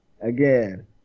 again